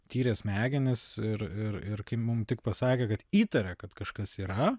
tyrė smegenis ir ir ir kai mum tik pasakė kad įtaria kad kažkas yra